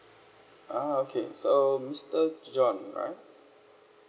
ah okay so mister john right